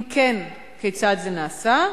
2. אם כן, כיצד זה נעשה?